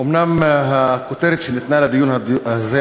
אומנם הכותרת שניתנה לדיון הזה,